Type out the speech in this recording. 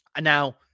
Now